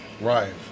Right